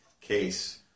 case